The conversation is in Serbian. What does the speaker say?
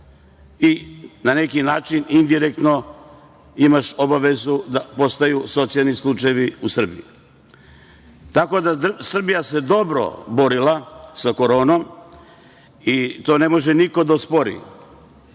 i na neki način indirektno imaš obavezu da postaju socijalni slučajevi u Srbiji. Tako da Srbija se dobro borila sa koronom i to ne može niko da ospori.